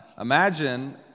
Imagine